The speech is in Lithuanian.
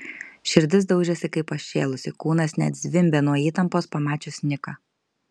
širdis daužėsi kaip pašėlusi kūnas net zvimbė nuo įtampos pamačius niką